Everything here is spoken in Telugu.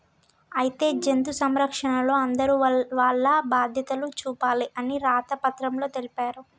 అయితే జంతు సంరక్షణలో అందరూ వాల్ల బాధ్యతలు చూపాలి అని రాత పత్రంలో తెలిపారు